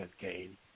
gain